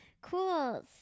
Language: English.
cool